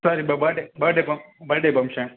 sir இப்போ birthday birthday ஃபங் birthday function